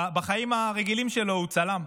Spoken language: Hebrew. בחיים הרגילים שלו הוא צלם.